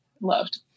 loved